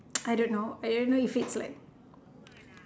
I don't know I don't know if it's like